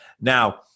now